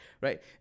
right